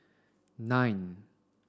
nine